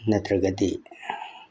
ꯅꯠꯇ꯭ꯔꯒꯗꯤ